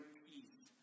peace